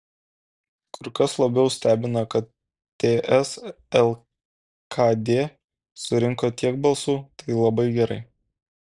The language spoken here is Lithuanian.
kur kas labiau stebina kad ts lkd surinko tiek balsų tai labai gerai